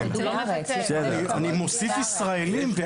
אני מוסיף ישראלים.